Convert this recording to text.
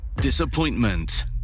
disappointment